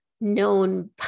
known